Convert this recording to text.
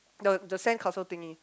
no the sand castle thingy